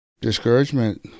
discouragement